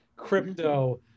crypto